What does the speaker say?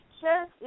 Sure